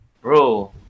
bro